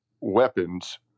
weapons